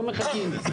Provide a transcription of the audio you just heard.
לא מחכים.